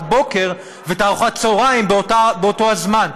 הבוקר ואת ארוחת הצהריים באותו זמן,